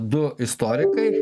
du istorikai